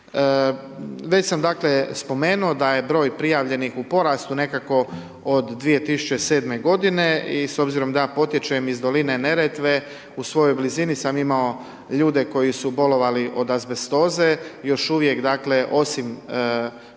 Već sam dakle spomenuo da je broj prijavljenih u porastu nekako od 2007. godine i s obzirom da ja potječem iz doline Neretve u svojoj blizini sam imao ljude koji su bolovali od azbestoze, još uvijek dakle osim azbesta,